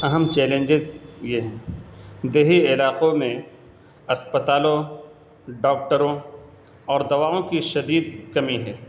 اہم چیلنجز یہ ہیں دیہی علاقوں میں اسپتالوں ڈاکٹروں اور دواؤں کی شدید کمی ہے